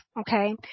okay